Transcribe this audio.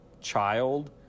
child